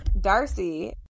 darcy